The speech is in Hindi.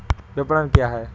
विपणन क्या है?